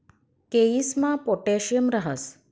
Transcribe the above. केयीसमा पोटॅशियम राहस